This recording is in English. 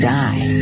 die